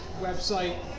website